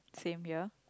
same ya